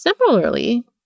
Similarly